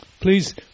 Please